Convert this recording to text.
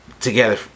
together